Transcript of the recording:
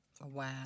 Wow